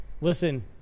Listen